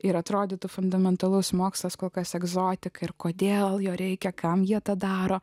ir atrodytų fundamentalus mokslas kol kas egzotika ir kodėl jo reikia kam jie tą daro